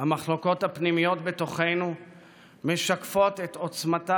המחלוקות הפנימיות בתוכנו משקפות את עוצמתה